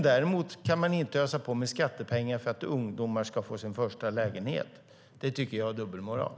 Däremot kan man inte ösa på med skattepengar för att ungdomar ska få sin första lägenhet. Jag tycker att det är dubbelmoral.